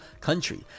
country